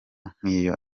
nk’iyo